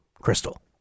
Crystal